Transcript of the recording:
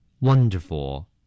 Wonderful